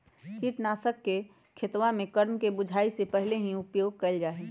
कीटनाशकवन के खेतवा के क्रम में बुवाई के पहले भी उपयोग कइल जाहई